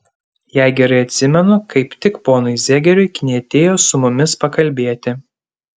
jei gerai atsimenu kaip tik ponui zegeriui knietėjo su mumis pakalbėti